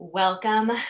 Welcome